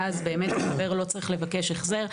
ואז באמת לא צריך לבקש החזר,